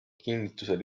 kinnitusel